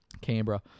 Canberra